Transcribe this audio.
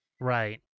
right